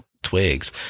twigs